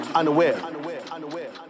unaware